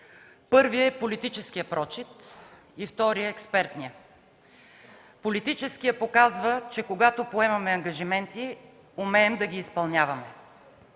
Първият е политическият прочит и вторият е експертният. Политическият показва, че когато поемаме ангажименти, умеем да ги изпълняваме.